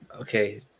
okay